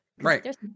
Right